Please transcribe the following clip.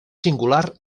singular